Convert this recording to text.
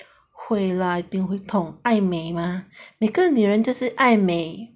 会 lah 一定会痛爱美 mah 每个女人就是爱美